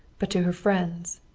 but to her friends,